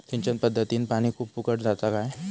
सिंचन पध्दतीत पानी खूप फुकट जाता काय?